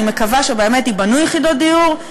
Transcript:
אני מקווה שבאמת ייבנו יחידות דיור,